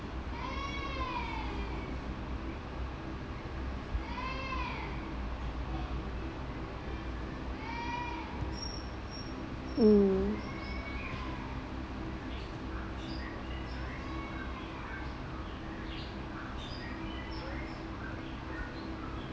mm